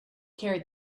carried